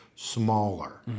smaller